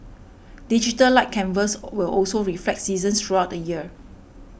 Digital Light Canvas will also reflect seasons throughout the year